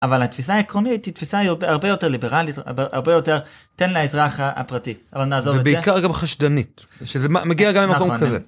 אבל התפיסה העקרונית היא תפיסה הרבה יותר ליברלית, הרבה יותר תן לאזרח הפרטי, אבל נעזוב את זה. ובעיקר גם חשדנית, שזה מגיע גם למקום כזה.